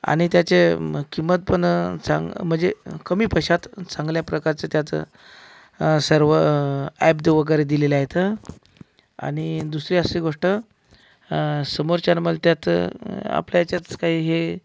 आणि त्याचे किंमत पण चांग म्हणजे कमी पैशात चांगल्या प्रकारचे त्याचं सर्व ॲप वगैरे दिलेले आहेत आणि दुसरी अशी गोष्ट समोरच्यानं मला त्यात आपल्या ह्याच्यात काही हे